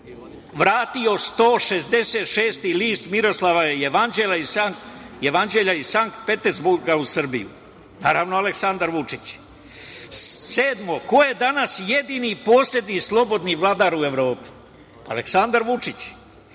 vratio 166 list Miroslavljevog jevanđelja iz Sanpetersburga u Srbiju? Naravno Aleksandar Vučić. Ko je danas jedini poslednji slobodni vladar u Evropi? Pa, Aleksandar Vučić. Ko